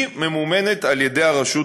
היא ממומנת על ידי הרשות